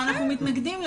אנחנו מתנגדים לזה.